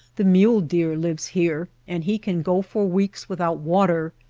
the mule-deer lives here, and he can go for weeks without water,